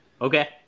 Okay